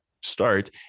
start